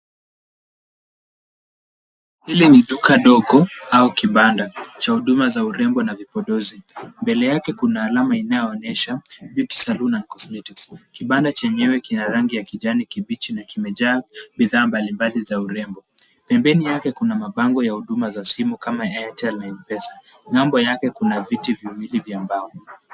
Hili ni duka ndogo au kibanda cha huduma za urembo na vipodozi. Mbele yake Kuna alama inayoonesha beauty salon and cosmetics .